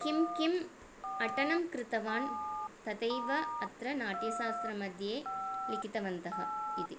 किं किम् अटनं कृतवान् तथैव अत्र नाट्यशास्त्रमध्ये लिखितवन्तः इति